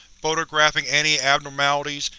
photographing any abnormalities,